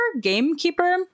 gamekeeper